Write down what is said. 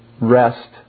rest